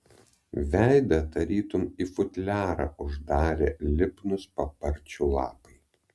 veidą tarytum į futliarą uždarė lipnūs paparčių lapai